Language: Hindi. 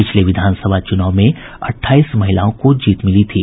पिछले विधानसभा चुनाव में अट्ठाईस महिलाओं को जीत मिली थी